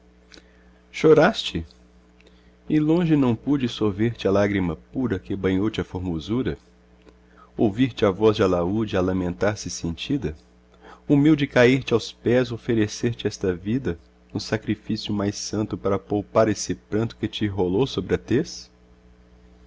e longe não pude sorver te a lágrima pura paul a úl pântano que banhou te a formosura ouvir-te a voz de alaúde a lamentar-se sentida humilde cair te aos pés oferecer te esta vida no sacrifício mais santo para poupar esse pranto que te rolou sobre a tez